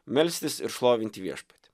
melstis ir šlovinti viešpatį